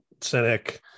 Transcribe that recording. Cynic